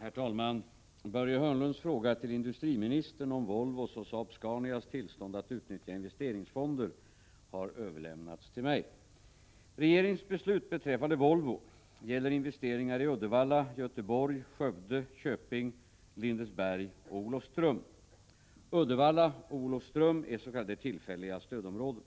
Herr talman! Börje Hörnlunds fråga till industriministern om Volvos och Saab-Scanias tillstånd att utnyttja investeringsfonder har överlämnats till mig. Regeringens beslut beträffande Volvo gäller investeringar i Uddevalla, Göteborg, Skövde, Köping, Lindesberg och Olofström. Uddevalla och Olofström är s.k. tillfälliga stödområden.